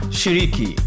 shiriki